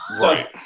right